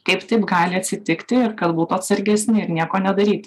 kaip taip gali atsitikti ir kad būtų atsargesnė ir nieko nedaryt